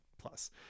plus